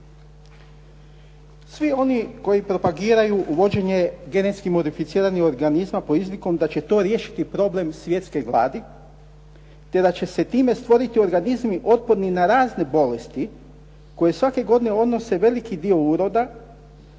Svi oni koji propagiraju uvođenje genetski modificiranih organizma pod izlikom da će to riješiti problem svjetske gladi, te da će se time stvoriti organizmi otporni na razne bolesti, koji svake godine odnose veliki dio uroda,